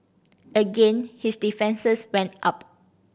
again his defences went up